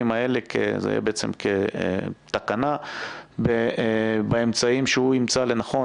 האלה כתקנה באמצעים שהוא ימצא לנכון,